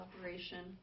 operation